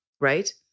right